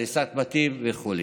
הריסת בתים וכו'.